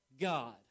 God